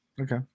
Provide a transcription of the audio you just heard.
Okay